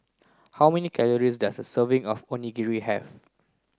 how many calories does a serving of Onigiri have